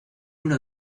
una